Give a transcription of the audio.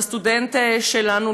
את הסטודנט שלנו,